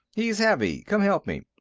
he's heavy. come help me.